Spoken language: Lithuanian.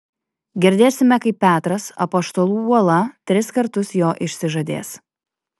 girdėsime kaip petras apaštalų uola tris kartus jo išsižadės